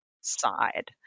side